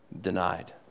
denied